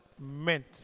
meant